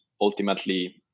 ultimately